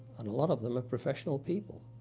and a lot of them are professional people.